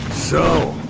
so,